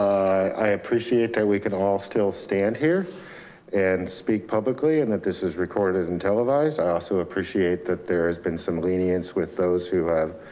i appreciate that we can all still stand here and speak publicly, and that this is recorded and televised. i also appreciate that there has been some lenience with those who have,